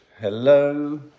Hello